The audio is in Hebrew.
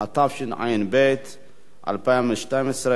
התשע"ב 2012,